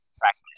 practice